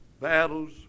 battles